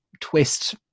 twist